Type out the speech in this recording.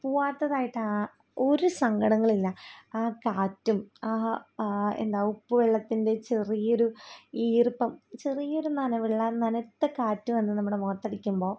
പൂവാത്തതായിട്ട് ആ ഒരു സങ്കടങ്ങളില്ല ആ കാറ്റും ആ ആ എന്താ ഉപ്പ് വെള്ളത്തിൻ്റെ ചെറിയൊരു ഈർപ്പം ചെറിയൊരു നനവുള്ള നനുത്ത കാറ്റ് വന്ന് നമ്മുടെ മുഖത്തടിക്കുമ്പോൾ